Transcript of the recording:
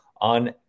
on